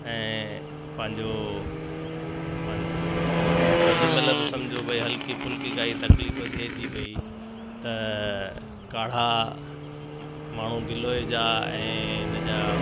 ऐं पंहिंजो पंहिंजो केॾीमहिल बि सम्झो भई हल्की फुल्की काई तकलीफ़ु थिए थी पई त काढ़ा माण्हू गिलोय जा ऐं इन जा